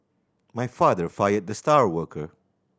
my father fired the star worker